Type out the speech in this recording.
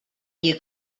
you